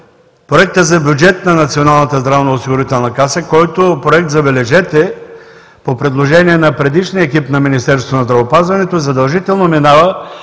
Проекта за бюджет на Националната здравноосигурителна каса, който проект, забележете, по предложение на предишния екип на Министерството на здравеопазването задължително минава